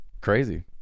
Crazy